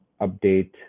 update